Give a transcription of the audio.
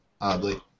oddly